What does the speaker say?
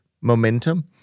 momentum